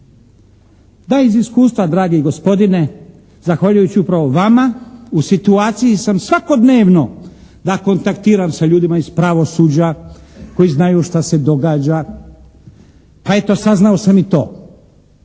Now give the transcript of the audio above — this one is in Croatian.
Da, iz iskustva dragi gospodine zahvaljujući upravo vama u situaciji sam svakodnevno da kontaktiram sa ljudima iz pravosuđa koji znaju šta se događa. Pa eto saznao sam i to